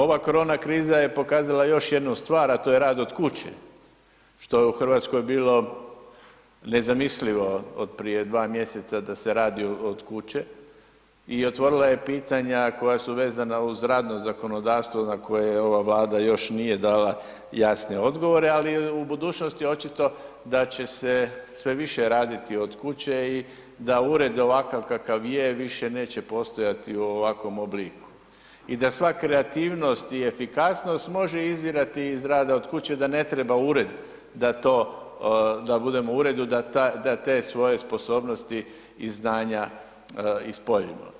Ova korona kriza je pokazala još jednu stvar, a to je rad od kuće što je u Hrvatskoj bilo nezamislivo od prije 2 mjeseca da se radi od kuće i otvorila je pitanja koja su vezana uz radno zakonodavstvo na koje ova Vlada još nije dala jasne odgovore, ali u budućnosti očito da će se sve više raditi od kuće i da ured ovakav kakav je više neće postojati u ovakvom obliku i da sva kreativnost i efikasnost može izvirati iz rada od kuće i da ne treba ured da to, da budemo u uredu da te svoje sposobnosti i znanja i spojimo.